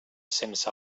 sense